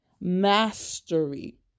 mastery